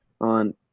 on